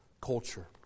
culture